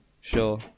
Sure